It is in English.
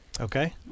Okay